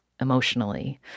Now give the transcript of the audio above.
emotionally